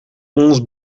onze